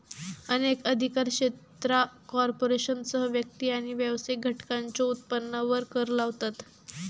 अनेक अधिकार क्षेत्रा कॉर्पोरेशनसह व्यक्ती आणि व्यावसायिक घटकांच्यो उत्पन्नावर कर लावतत